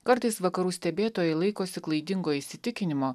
kartais vakarų stebėtojai laikosi klaidingo įsitikinimo